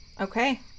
Okay